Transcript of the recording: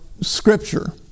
Scripture